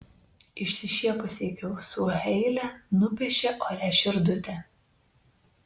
išsišiepusi iki ausų heile nupiešė ore širdutę